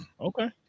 Okay